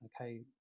okay